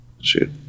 Shoot